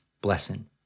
blessing